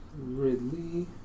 Ridley